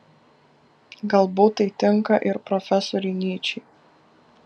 galbūt tai tinka ir profesoriui nyčei